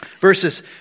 Verses